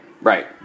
Right